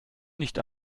nicht